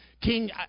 king